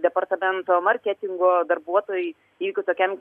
departamento marketingo darbuotojai jeigu tokiam